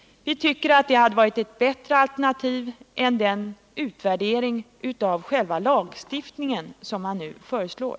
Det hade varit ett bättre alternativ än att göra en utvärdering av själva lagstiftningen som man nu föreslår.